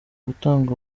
gutanga